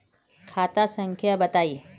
खाता संख्या बताई?